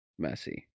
Messi